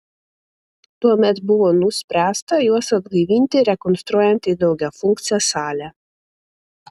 tuomet buvo nuspręsta juos atgaivinti rekonstruojant į daugiafunkcę salę